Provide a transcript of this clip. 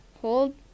hold